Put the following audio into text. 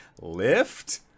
lift